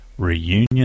reunion